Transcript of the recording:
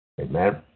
Amen